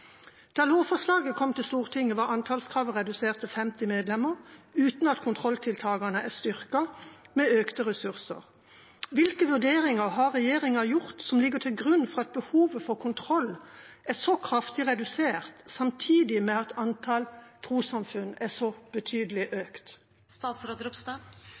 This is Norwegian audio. Da lovforslaget kom til Stortinget, var antallskravet redusert til 50 medlemmer, uten at kontrolltiltakene var styrket med økte ressurser. Hvilke vurderinger har regjeringa gjort som ligger til grunn for at behovet for kontroll er så kraftig redusert samtidig med at antall trossamfunn er så betydelig